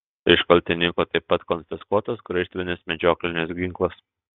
iš kaltininko taip pat konfiskuotas graižtvinis medžioklinis ginklas